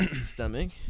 stomach